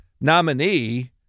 nominee